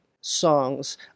songs